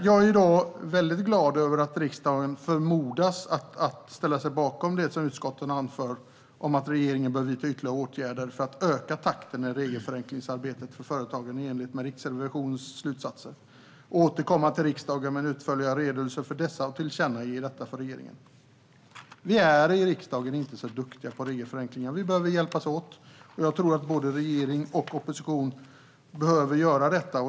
Jag är väldigt glad över att riksdagen förmodas ställa sig bakom det som utskottet anför om att "regeringen bör vidta ytterligare åtgärder för att öka takten i regelförenklingsarbetet för företagen i enlighet med Riksrevisionens slutsatser och återkomma till riksdagen med en utförlig redogörelse för dessa" och tillkännage detta för regeringen. Vi är inte så duktiga på regelförenklingar i riksdagen. Vi behöver hjälpas åt, och jag tror att både regering och opposition behöver göra detta.